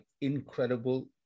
incredible